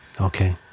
Okay